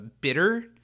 bitter